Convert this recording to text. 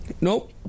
Nope